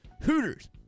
hooters